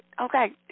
Okay